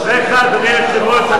אשריך, אדוני היושב-ראש,